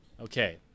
Okay